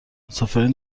مسافرین